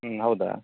ಹ್ಞೂ ಹೌದಾ